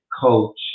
coach